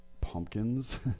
pumpkins